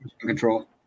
Control